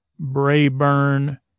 Brayburn